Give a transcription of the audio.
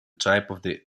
type